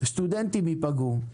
סטודנטים ייפגעו,